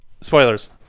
spoilers